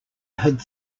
had